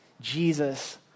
Jesus